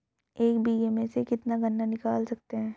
एक बीघे में से कितना गन्ना निकाल सकते हैं?